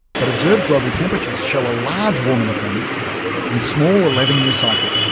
but observed global temperatures show a large warming trend and small eleven year cycle.